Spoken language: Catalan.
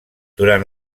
durant